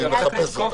בקריטריונים.